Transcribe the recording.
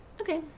okay